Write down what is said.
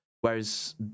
whereas